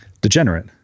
Degenerate